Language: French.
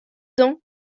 dent